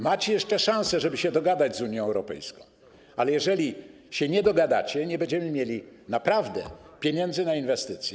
Macie jeszcze szansę, żeby się dogadać z Unią Europejską, ale jeżeli się nie dogadacie, naprawdę nie będziemy mieli pieniędzy na inwestycje.